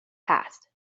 passed